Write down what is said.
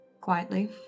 quietly